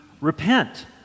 repent